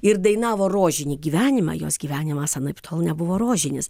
ir dainavo rožinį gyvenimą jos gyvenimas anaiptol nebuvo rožinis